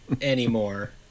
anymore